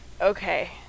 Okay